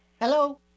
hello